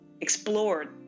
explored